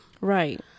Right